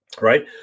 Right